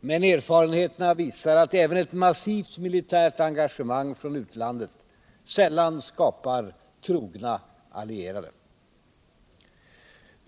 Men erfarenheterna visar att även ett massivt militärt engagemang från utlandet sällan skapar trogna allierade.